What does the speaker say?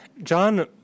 John